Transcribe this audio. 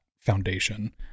foundation